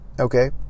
Okay